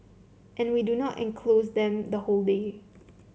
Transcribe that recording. and we do not enclose them the whole day